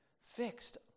fixed